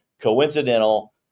coincidental